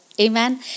Amen